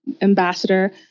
Ambassador